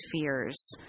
fears